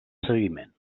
seguiment